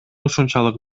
ушунчалык